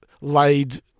laid